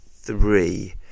three